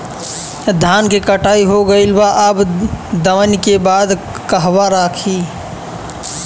धान के कटाई हो गइल बा अब दवनि के बाद कहवा रखी?